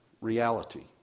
reality